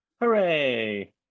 Hooray